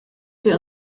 wir